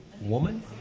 woman